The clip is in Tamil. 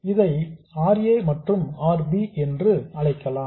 இதை R a மற்றும் R b என்று அழைக்கலாம்